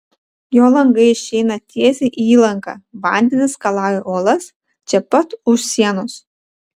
jo langai išeina tiesiai į įlanką vandenys skalauja uolas čia pat už sienos